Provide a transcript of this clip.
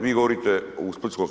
Vi govorite u splitskom